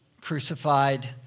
crucified